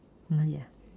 not yet ah